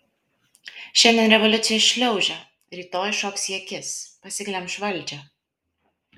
šiandien revoliucija šliaužia rytoj šoks į akis pasiglemš valdžią